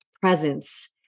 Presence